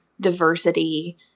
diversity